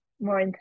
more